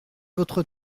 votre